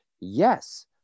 Yes